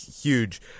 huge